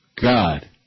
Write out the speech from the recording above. God